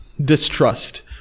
distrust